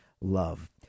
love